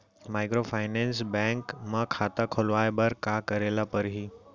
Microfinance bank म खाता खोलवाय बर का करे ल परही?